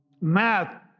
math